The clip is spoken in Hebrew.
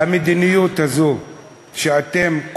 המדיניות הזאת שאתם,